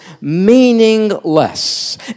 meaningless